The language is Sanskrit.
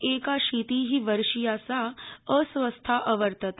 एकाशीति वर्षीया सा अस्वस्था अवर्तत